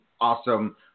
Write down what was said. awesome